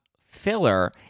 filler